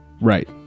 Right